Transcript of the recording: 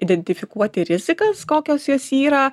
identifikuoti rizikas kokios jos yra